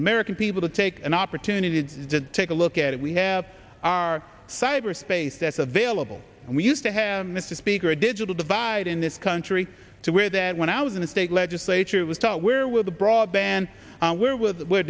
the american people to take an opportunity to take a look at it we have our cyber space that's available and we used to have mr speaker a digital divide in this country to where that when i was in the state legislature was to where will the broadband where with the